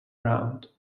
round